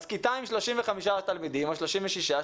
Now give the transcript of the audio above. אז כיתה עם 35 תלמידים או עם 36 תלמידים,